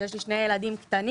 יש לי שני ילדים קטנים,